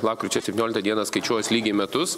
lapkričio septynioliktą dieną skaičiuos lygiai metus